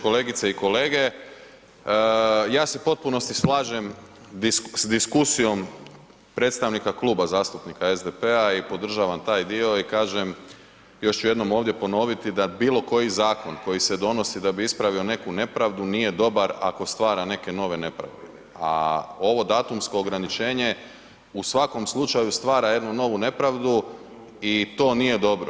Kolegice i kolege ja se u potpunosti slažem s diskusijom predstavnika Kluba zastupnika SDP-a i podržavam taj dio i kažem, još ću jednom ovdje ponoviti da bilo koji zakon koji se donosi da bi ispravio neku nepravdu nije dobar ako stvara neke nove nepravde, a ovo datumsko ograničenje u svakom slučaju stvara jednu novu nepravdu i to nije dobro.